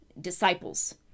disciples